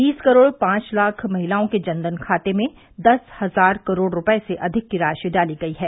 बीस करोड़ पांच लाख महिलाओं के जनधन खाते में दस हजार करोड़ रूपये से अधिक की राशि डाली गयी है